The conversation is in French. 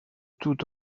tout